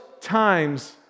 times